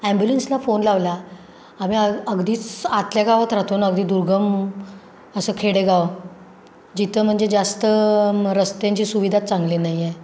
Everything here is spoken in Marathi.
ॲम्ब्युलन्सला फोन लावला आम्ही अगदीच आतल्या गावात राहतो ना अगदी दुर्गम असं खेडेगाव जिथं म्हणजे जास्त मग रस्त्यांची सुविधा चांगली नाही आहे